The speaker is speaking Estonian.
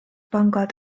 pangad